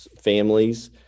families